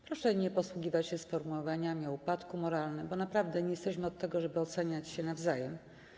Proszę nie posługiwać się sformułowaniami o upadku moralnym, bo naprawdę nie jesteśmy od tego, żeby oceniać się nawzajem.